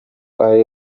ari